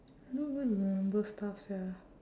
I don't even remember stuff sia